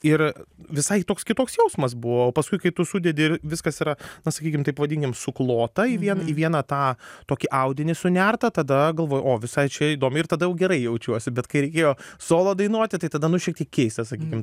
ir visai toks kitoks jausmas buvo paskui kai tu sudedi ir viskas yra na sakykim taip vadinkim suklota į vien į vieną tą tokį audinį sunertą tada galvoju o visai čia įdomiai ir tada jau gerai jaučiuosi bet kai reikėjo solo dainuoti tai tada nu šiek tiek keista sakykim